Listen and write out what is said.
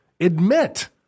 admit